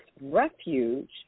refuge